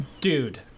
Dude